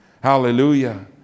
Hallelujah